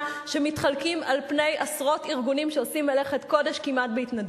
שמתחלקים על פני עשרות ארגונים שעושים מלאכת קודש כמעט בהתנדבות.